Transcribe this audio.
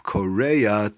Korea